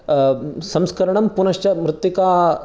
संस्करणं पुनश्च मृत्तिका